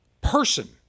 person